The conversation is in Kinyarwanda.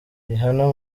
rihanna